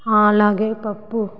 అలాగే పప్పు